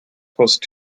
post